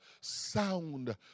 sound